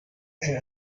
and